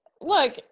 look